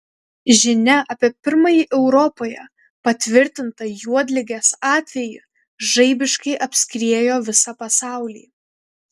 žinia apie pirmąjį europoje patvirtintą juodligės atvejį žaibiškai apskriejo visą pasaulį